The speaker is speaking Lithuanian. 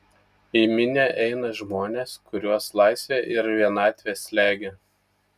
į minią eina žmonės kuriuos laisvė ir vienatvė slegia